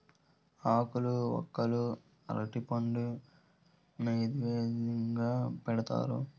ఆకులు వక్కలు అరటిపండు నైవేద్యంగా పెడతారు